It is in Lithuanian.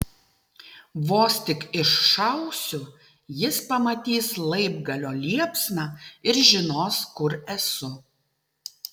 vos tik iššausiu jis pamatys laibgalio liepsną ir žinos kur esu